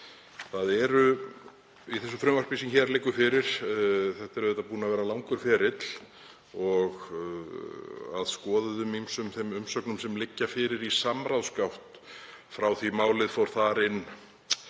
í því frumvarpi sem hér liggur fyrir. Þetta hefur verið langur ferill og að skoðuðum ýmsum þeim umsögnum sem liggja fyrir í samráðsgátt frá því málið fór þar inn,